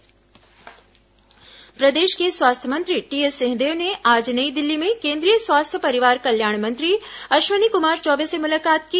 सिंहदेव केंद्रीय मंत्री मुलाकात प्रदेश के स्वास्थ्य मंत्री टीएस सिंहदेव ने आज नई दिल्ली में केंद्रीय स्वास्थ्य परिवार कल्याण मंत्री अश्विनी कुमार चौबे से मुलाकात की